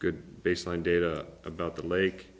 good baseline data about the lake